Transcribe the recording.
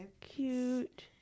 Cute